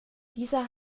dieser